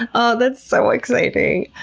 aw, that's so exciting.